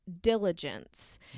diligence